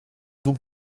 donc